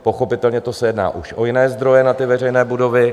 Pochopitelně se jedná už o jiné zdroje na ty veřejné budovy.